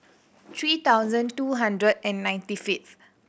three thousand two hundred and ninety fifth